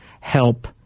help